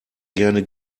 gerne